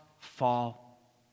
fall